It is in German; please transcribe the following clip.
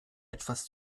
etwas